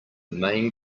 main